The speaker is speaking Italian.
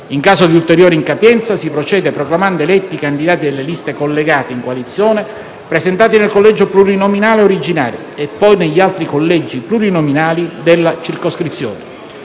In caso di ulteriore incapienza, si procede proclamando eletti i candidati delle liste collegate in coalizione presentati nel collegio plurinominale originario e, poi, negli altri collegi plurinominali della circoscrizione.